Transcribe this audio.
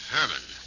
Herman